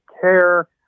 care